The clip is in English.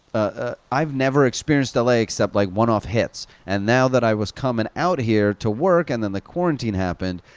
ah i've never experienced l a. except like one-off hits. and now that i was coming out here to work, and then the quarantine happened,